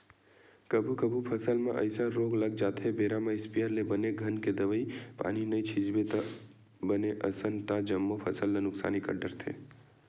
कभू कभू फसल म अइसन रोग लग जाथे बेरा म इस्पेयर ले बने घन के दवई पानी नइ छितबे बने असन ता जम्मो फसल ल नुकसानी कर डरथे